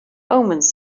omens